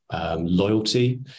loyalty